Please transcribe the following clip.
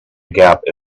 gap